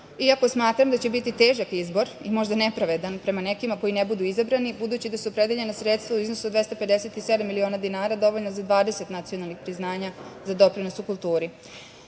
iako smatram da će biti težak izbor i možda nepravedan prema nekima koji ne budu izabrani budući da su opredeljena sredstva u iznosu od 257 miliona dinara dovoljna za 20 nacionalnih priznanja za doprinos u kulturi. Želim